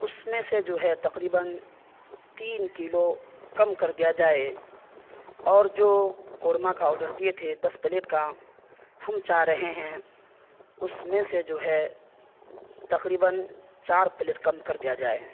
اس میں سے جو ہے تقریباً تین کلو کم کر دیا جائے اور جو قورمہ کا آڈر دیے تھے دس پلیٹ کا ہم چاہ رہے ہیں اس میں سے جو ہے تقریباً چار پلیٹ کم کر دیا جائے